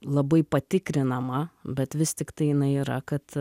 labai patikrinama bet vis tiktai jinai yra kad